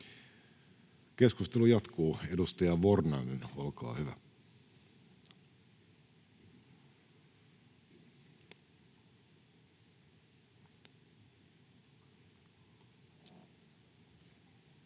Keskustelu alkaa. Edustaja Garedew, olkaa hyvä.